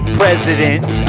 president